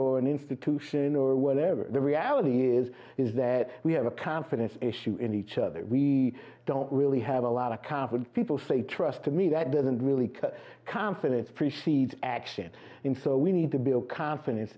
or an institution or whatever the reality is is that we have a confidence issue in each other we don't really have a lot of capital people say trust me that doesn't really can finance precede action in so we need to build confidence